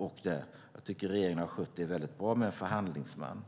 Jag tycker att regeringen har skött det mycket bra med en förhandlingsman.